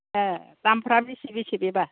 दामफ्रा बेसे बेसे बेबा